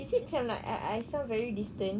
is it macam like I I sound very distant